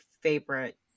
favorite